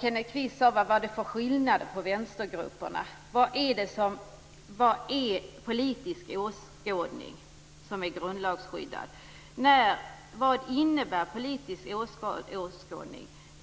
Kenneth Kvist undrade vad det var för skillnad mellan vänstergrupperna. Vad innebär grundlagsskyddad politisk åskådning?